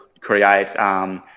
create